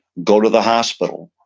go to the hospital.